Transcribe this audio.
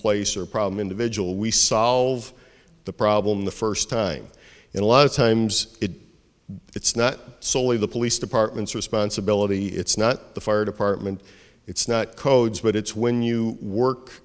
place or problem individual we solve the problem the first time in a lot of times it's not solely the police department's responsibility it's not the fire department it's not codes but it's when you work